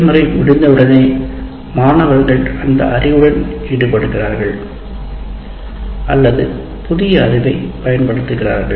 செயல்முறை முடிந்த உடனேயே மாணவர்கள் அந்த அறிவுடன் ஈடுபடுகிறார்கள் அல்லது புதிய அறிவை பயன்படுத்துகிறார்கள்